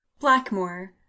Blackmore